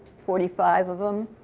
forty five of them.